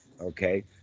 Okay